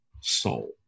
soul